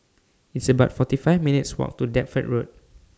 It's about forty five minutes' Walk to Deptford Road